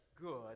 good